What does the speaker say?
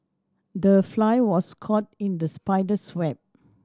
the fly was caught in the spider's web